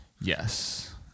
Yes